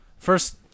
First